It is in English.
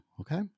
okay